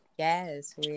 Yes